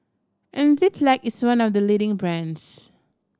Enzyplex is one of the leading brands